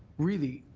really,